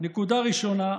נקודה ראשונה,